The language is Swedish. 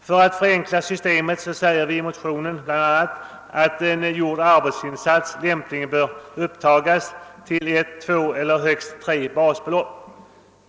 För att förenkla systemet säger vi i motionen bl.a. att en fullgjord arbetsinsats lämpligen bör upptagas till ett, två eller högst tre basbelopp.